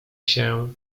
się